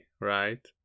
right